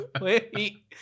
Wait